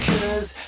Cause